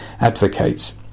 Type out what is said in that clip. advocates